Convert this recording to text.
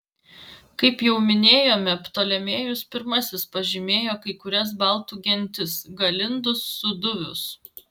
kaip jau minėjome ptolemėjus pirmasis pažymėjo kai kurias baltų gentis galindus sūduvius